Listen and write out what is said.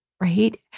right